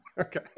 Okay